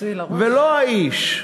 ולא האיש.